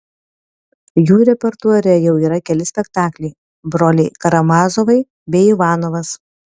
jų repertuare jau yra keli spektakliai broliai karamazovai bei ivanovas